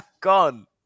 gone